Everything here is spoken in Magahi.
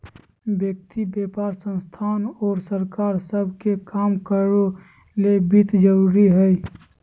व्यक्ति व्यापार संस्थान और सरकार सब के काम करो ले वित्त जरूरी हइ